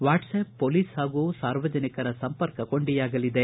what's app police ಹಾಗೂ ಸಾರ್ವಜನಿಕರ ಸಂಪರ್ಕ ಕೊಂಡಿಯಾಗಲಿದೆ